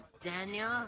daniel